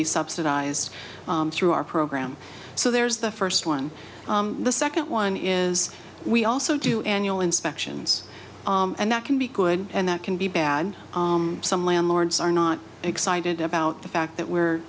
be subsidized through our program so there's the first one the second one is we also do annual inspections and that can be good and that can be bad some landlords are not excited about the fact that we're